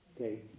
Okay